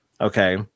Okay